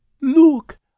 Look